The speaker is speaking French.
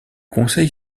conseil